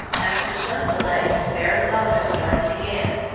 after some delay verrazzano started again,